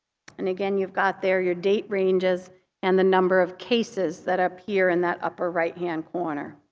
and again you've got there your date ranges and the number of cases that appear in that upper right-hand corner.